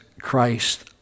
Christ